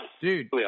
Dude